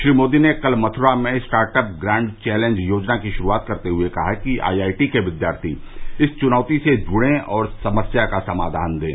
श्री मोदी ने कल मथुरा में स्टार्ट अप ग्रांड चैलेंज योजना की शुरूआत करते हुए कहा कि आईआईटी के विद्यार्थी इस चुनौती से जुड़े और समस्या का समाधान दें